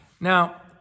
Now